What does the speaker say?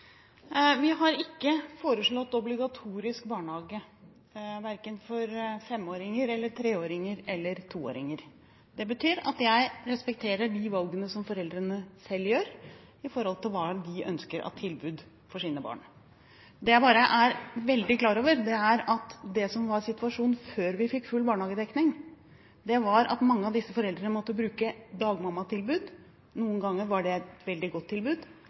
er det ikke? Vi har ikke foreslått obligatorisk barnehage, verken for femåringer, treåringer eller toåringer. Det betyr at jeg respekterer de valgene som foreldrene selv gjør, ut fra hva de ønsker av tilbud for sine barn. Det jeg er veldig klar over, er at det som var situasjonen før vi fikk full barnehagedekning, var at mange av disse foreldrene måtte bruke dagmammatilbud. Noen ganger var det et veldig godt tilbud.